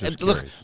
Look